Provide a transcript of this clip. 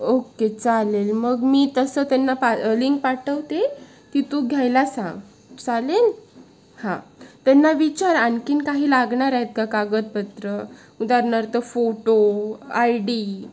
okay चालेल मग मी तसं त्यांना पा लिंक पाठवते ती तू घ्यायला सांग चालेल हां त्यांना विचार आणखीन काही लागणार आहेत का कागदपत्र उदारणार्थ फोटो आय डी